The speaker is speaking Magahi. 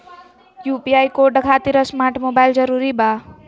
यू.पी.आई कोड खातिर स्मार्ट मोबाइल जरूरी बा?